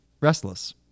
restless